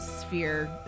sphere